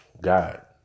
God